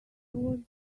was